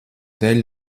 dēļ